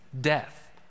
death